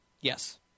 Yes